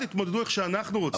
תתמודדו איך שאנחנו רוצים.